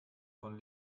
von